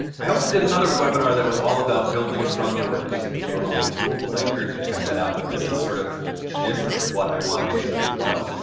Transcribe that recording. i also did another webinar that was all about building a strong network using bu alumni tools. i encourage you to check that out. but this is sort of the gist of what i want to make sure that you know.